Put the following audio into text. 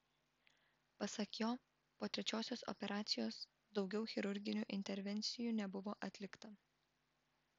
pasak jo po trečiosios operacijos daugiau chirurginių intervencijų nebuvo atlikta